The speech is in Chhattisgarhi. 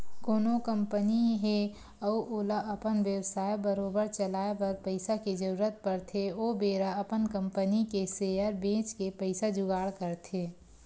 कोनो कंपनी हे अउ ओला अपन बेवसाय बरोबर चलाए बर पइसा के जरुरत पड़थे ओ बेरा अपन कंपनी के सेयर बेंच के पइसा जुगाड़ करथे